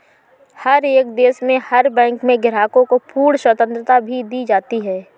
हर एक देश में हर बैंक में ग्राहकों को पूर्ण स्वतन्त्रता भी दी जाती है